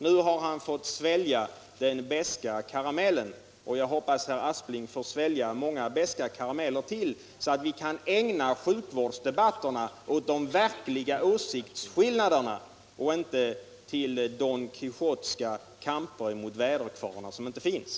Nu har han fått svälja den beska karamellen, och jag hoppas herr Aspling får svälja många fler beska karameller, så att vi kan ägna sjukvårdsdebatterna åt de verkliga åsiktsskillnaderna och inte åt donquijotska kamper emot väderkvarnar som inte finns.